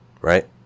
right